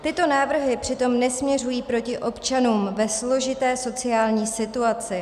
Tyto návrhy přitom nesměřují proti občanům ve složité sociální situaci.